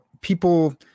people—